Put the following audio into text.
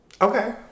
Okay